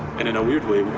and in a weird way,